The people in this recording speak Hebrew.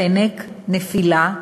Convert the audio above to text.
חנק, נפילה,